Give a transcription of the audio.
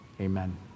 Amen